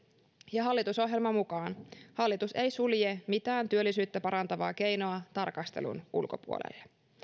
ja hallitusohjelman mukaan hallitus ei sulje mitään työllisyyttä parantavaa keinoa tarkastelun ulkopuolelle